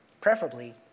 preferably